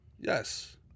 Yes